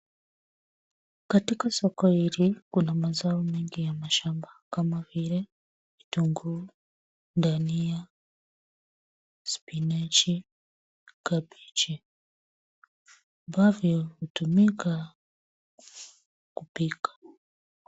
Katika soko hili kuna mazao mengi ya shamba kama vile kitunguu, ndania, spinach ,kabeji ambavyo hutumika kupika.